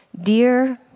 Dear